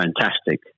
fantastic